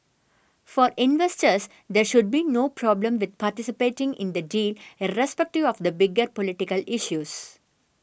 for investors there should be no problem with participating in the deal irrespective of the bigger political issues